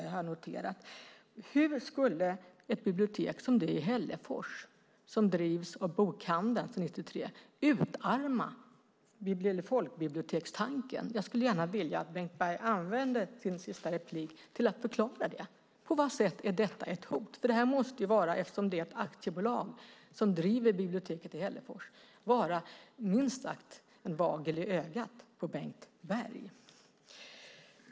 Därför skulle jag vilja att Bengt Berg konkretiserade hur ett bibliotek som det i Hällefors, som sedan 1993 drivs av bokhandeln, utarmar folkbibliotekstanken. Jag skulle gärna vilja att Bengt Berg använde sitt sista inlägg till att förklara det. På vad sätt är det ett hot? Eftersom det är ett aktiebolag som driver biblioteket i Hällefors måste det minst sagt vara en nagel i ögat på Bengt Berg.